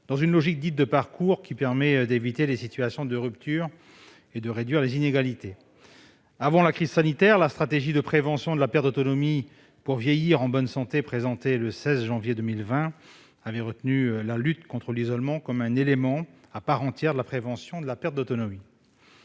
dans une logique de « parcours » qui permet d'éviter les situations de rupture et de réduire les inégalités. Avant la crise sanitaire, la stratégie de prévention de la perte d'autonomie pour vieillir en bonne santé, présentée le 16 janvier 2020, avait retenu la lutte contre l'isolement comme un élément à part entière de la prévention de la perte d'autonomie.